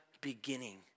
beginning